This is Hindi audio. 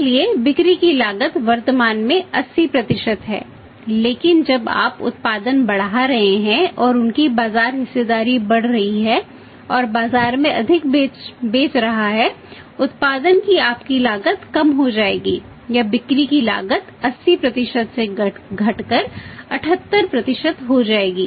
इसलिए बिक्री की लागत वर्तमान में 80 है लेकिन जब आप उत्पादन बढ़ा रहे हैं और उनकी बाजार हिस्सेदारी बढ़ रही है और बाजार में अधिक बेच रहा है उत्पादन की आपकी लागत कम हो जाएगी या बिक्री की लागत 80 से घटकर 78 हो जाएगी